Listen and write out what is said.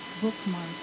bookmark